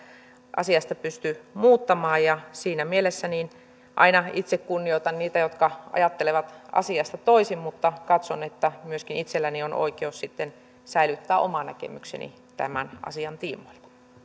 asiasta pysty muuttamaan siinä mielessä aina itse kunnioitan niitä jotka ajattelevat asiasta toisin mutta katson että myöskin itselläni on oikeus sitten säilyttää oma näkemykseni tämän asian tiimoilta